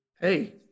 Hey